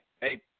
Hey